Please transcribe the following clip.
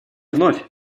вновь